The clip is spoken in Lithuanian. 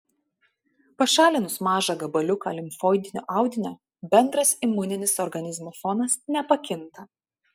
pašalinus mažą gabaliuką limfoidinio audinio bendras imuninis organizmo fonas nepakinta